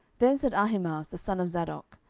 then said ahimaaz the son of zadok,